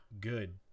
good